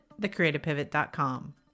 thecreativepivot.com